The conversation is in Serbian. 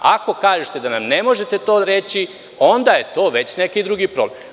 Ako kažete da nam ne možete reći, onda je to već neki drugi problem.